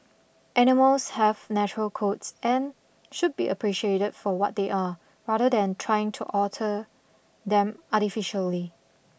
animals have natural coats and should be appreciated for what they are rather than trying to alter them artificially